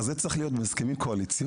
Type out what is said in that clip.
אז זה צריך להיות בהסכמים קואליציוניים?